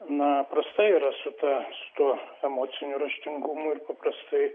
na prasta yra su ta su tuo emociniu raštingumu ir paprastai